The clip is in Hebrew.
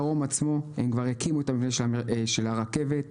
עצמו הם כבר הקימו את המבנה של הרכבת ,